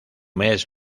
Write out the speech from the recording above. mes